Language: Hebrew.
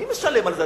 מי משלם על זה?